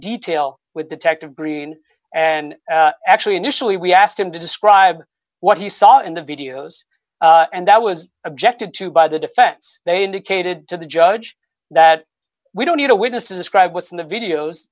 detail with detective greene and actually initially we asked him to describe what he saw in the videos and that was objected to by the defense they indicated to the judge that we don't need a witness describe what's in the videos